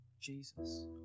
Jesus